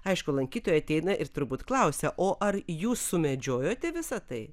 aišku lankytojai ateina ir turbūt klausia o ar jūs sumedžiojote visa tai